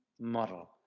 model